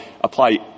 apply